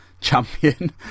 champion